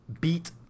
beat